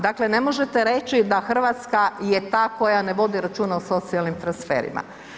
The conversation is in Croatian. Dakle ne možete reći da Hrvatska je ta koja ne vodi računa o socijalnim transferima.